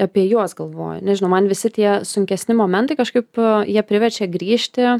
apie juos galvoju nežinau man visi tie sunkesni momentai kažkaip jie priverčia grįžti